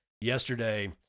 yesterday